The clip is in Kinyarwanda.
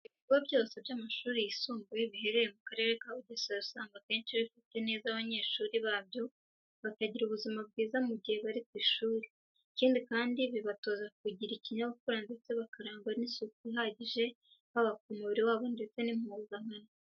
Ibigo byose by'amashuri yisumbuye biherereye mu Karere ka Bugesera usanga akenshi bifata neza abanyeshuri babyo bakagira ubuzima bwiza mu gihe bari ku ishuri. Ikindi kandi bibatoza kugira ikinyabupfura ndetse bakarangwa n'isuku ihagije haba ku mubiri wabo ndetse n'impuzankano.